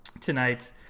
tonight